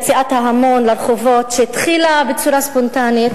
יציאת ההמון לרחובות שהתחילה בצורה ספונטנית,